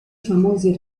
famosi